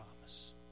promise